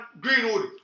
Greenwood